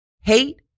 Hate